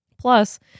Plus